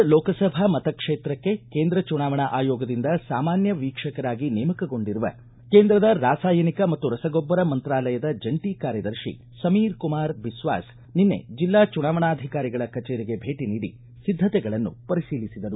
ಧಾರವಾಡ ಲೋಕಸಭಾ ಮತಕ್ಷೇತ್ರಕ್ಕೆ ಕೇಂದ್ರ ಚುನಾವಣಾ ಆಯೋಗದಿಂದ ಸಾಮಾನ್ಯ ವೀಕ್ಷಕರಾಗಿ ನೇಮಕಗೊಂಡಿರುವ ಕೇಂದ್ರದ ರಾಸಾಯನಿಕ ಮತ್ತು ರಸಗೊಬ್ಬರ ಮಂತ್ರಾಲಯದ ಜಂಟಿ ಕಾರ್ಯದರ್ತಿ ಸಮೀರ್ಕುಮಾರ್ ಬಿಸ್ವಾಸ್ ನಿನ್ನೆ ಜಿಲ್ಲಾ ಚುನಾವಣಾಧಿಕಾರಿಗಳ ಕಚೇರಿಗೆ ಭೇಟಿ ನೀಡಿ ಸಿದ್ದತೆಗಳನ್ನು ಪರಿಶೀಲಿಸಿದರು